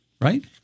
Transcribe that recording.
right